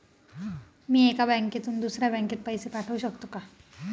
मी एका बँकेतून दुसऱ्या बँकेत पैसे पाठवू शकतो का?